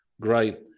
great